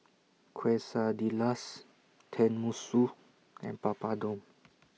Quesadillas Tenmusu and Papadum